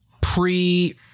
pre